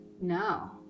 No